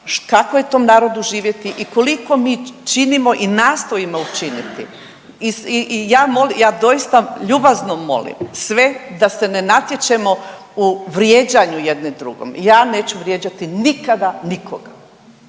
kako je tom narodu živjeti i koliko mi činimo i nastojimo učiniti i, i, i ja molim, ja doista ljubazno molim sve da se ne natječemo u vrijeđanju jedni drugom, ja neću vrijeđati nikada nikoga,